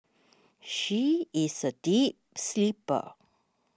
she is a deep sleeper